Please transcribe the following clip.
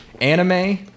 anime